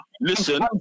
Listen